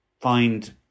find